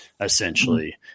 essentially